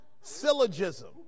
syllogism